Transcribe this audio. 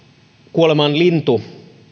kuolemanlintu